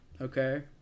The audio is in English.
Okay